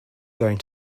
going